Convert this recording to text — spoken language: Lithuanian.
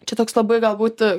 čia toks labai galbūt